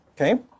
Okay